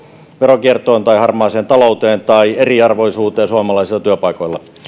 veronkiertoon tai harmaaseen talouteen tai eriarvoisuuteen suomalaisilla työpaikoilla